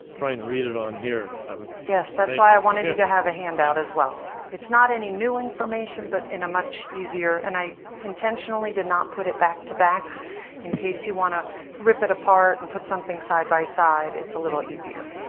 and read it on here. i was yes. that's why i wanted you to have a handout as well. it's not any new information but in a much easier and i intentionally did not put it back to back in case you want to rip it apart and put something side by side it's a little easier.